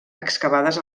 excavades